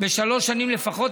בשלוש שנים לפחות.